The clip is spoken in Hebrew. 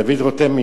דוד רותם,